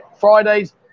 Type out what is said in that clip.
Fridays